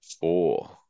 four